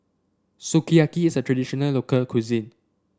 sukiyaki is a traditional local cuisine